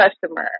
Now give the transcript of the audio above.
customer